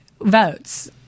votes